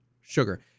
Sugar